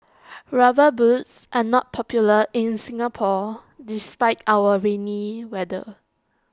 rubber boots are not popular in Singapore despite our rainy weather